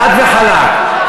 חד וחלק.